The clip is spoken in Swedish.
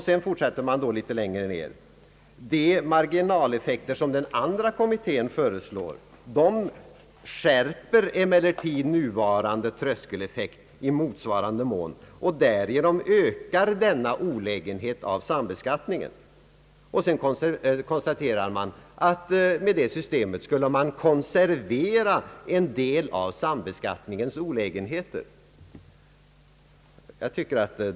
Sedan fortsätter man i svaret: »De marginaleffekter som kommittéförslaget medför skärper emellertid nuvarande tröskeleffekt i motsvarande mån, och därigenom ökar denna olägenhet av sambeskattningen.» Sedan konstaterar man också att systemet konserverar en av sambeskattningens olägenheter.